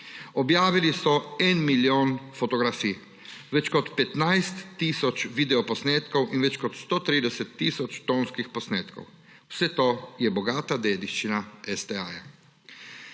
Objavili so 1 milijon fotografij, več kot 15 tisoč videoposnetkov in več kot 130 tisoč tonskih posnetkov. Vse to je bogata dediščina STA.